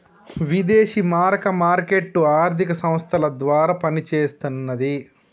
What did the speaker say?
విదేశీ మారక మార్కెట్ ఆర్థిక సంస్థల ద్వారా పనిచేస్తన్నది